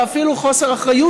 וזה אפילו חוסר אחריות,